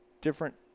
different